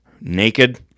Naked